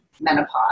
menopause